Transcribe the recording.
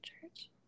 church